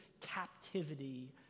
captivity